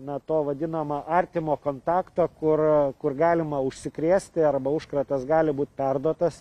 na to vadinama artimo kontakto kur kur galima užsikrėsti arba užkratas gali būt perduotas